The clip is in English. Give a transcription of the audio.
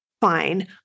fine